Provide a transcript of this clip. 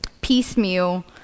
piecemeal